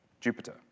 Jupiter